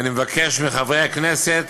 אני מבקש מחברי הכנסת